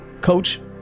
coach